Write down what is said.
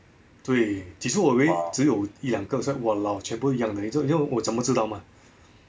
对起初我以为只有一两个像我老全部 young 的我怎么知道嘛